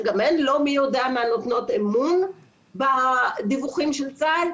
שגם הן לא מי יודע מה נותנות אמון בדיווחים של צה"ל.